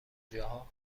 جاها